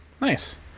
Nice